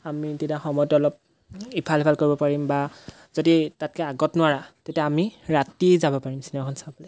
আমি তেতিয়া সময়টো অলপ ইফাল ইফাল কৰিব পাৰিম বা যদি তাতকৈ আগত নোৱাৰা তেতিয়া আমি ৰাতি যাব পাৰিম চিনেমাখন চাবলৈ